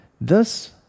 Thus